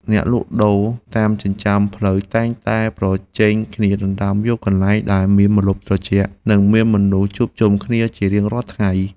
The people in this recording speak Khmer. អ្នកលក់ដូរតាមចិញ្ចើមផ្លូវតែងតែប្រជែងគ្នាដណ្តើមយកកន្លែងដែលមានម្លប់ត្រជាក់ និងមានមនុស្សជួបជុំគ្នាជារៀងរាល់ថ្ងៃ។